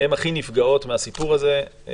הן הכי נפגעות מהסיפור הזה.